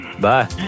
Bye